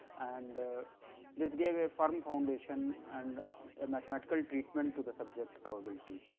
and this gave a foreign foundation and a mathematical treatment to the subject probability.